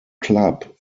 club